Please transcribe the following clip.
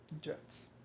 Jets